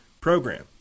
program